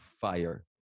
Fire